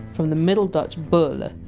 from the middle dutch! boele, a!